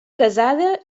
casada